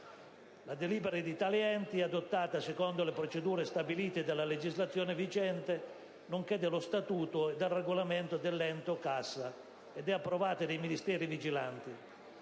La delibera di tali enti è adottata secondo le procedure stabilite dalla legislazione vigente nonché dallo statuto e dal regolamento dell'ente o cassa ed è approvata dai Ministeri vigilanti.